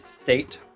state